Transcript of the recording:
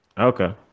Okay